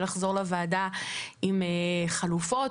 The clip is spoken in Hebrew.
ולחזור לוועדה עם חלופות,